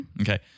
Okay